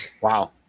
Wow